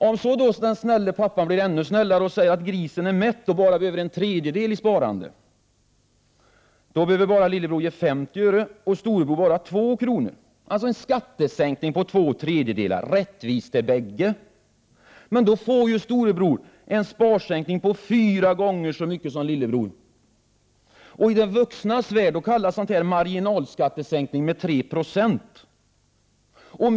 Om så den snälle pappan blir ännu snällare och säger att grisen är mätt och bara behöver en tredjedel i sparande, behöver lillebror bara ge 50 öre och storebror bara 2 kr. Det betyder en ”skattesänkning” med två tredjedelar — ”rättvist” till bägge. Då får storebror en sparsänkning på fyra gånger så mycket som lillebror. I de vuxnas värld kallas sådant en marginalskattesänkning med 3 26.